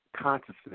consciousness